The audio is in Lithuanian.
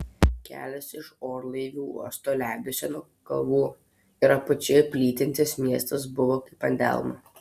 kelias iš orlaivių uosto leidosi nuo kalvų ir apačioje plytintis miestas buvo kaip ant delno